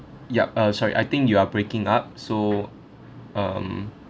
yup uh sorry I think you're breaking up so um